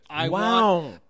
Wow